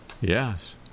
Yes